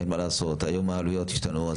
אין מה לעשות, היום העלויות השתנו.